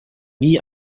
nie